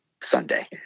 Sunday